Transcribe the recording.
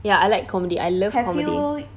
ya I like comedy I love comedy